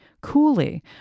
Coolly